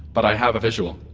but i have a visual.